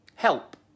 help